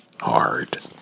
hard